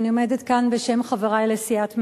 אני עומדת כאן בשם חברי לסיעת מרצ,